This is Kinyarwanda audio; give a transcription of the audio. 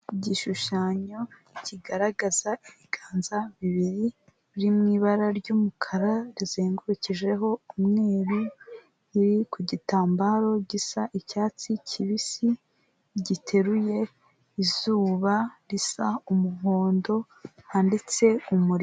Igishushanyo kigaragaza ibiganza bibiri, biri mu ibara ry'umukara, rizengurukijeho umweru, riri ku gitambaro gisa icyatsi kibisi, giteruye izuba risa umuhondo, handitse Umurinzi.